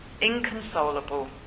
inconsolable